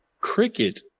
Cricket